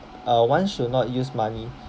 uh one should not use money